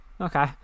okay